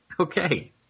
Okay